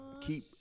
keep